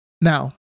now